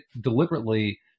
deliberately